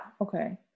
okay